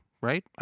right